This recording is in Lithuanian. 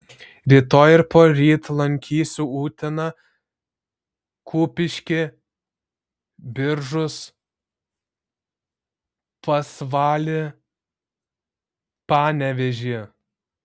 rytoj ir poryt lankysiu uteną kupiškį biržus pasvalį panevėžį